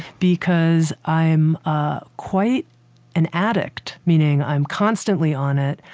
because i'm ah quite an addict, meaning i'm constantly on it.